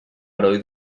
heroi